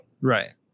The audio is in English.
Right